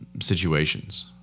situations